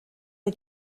the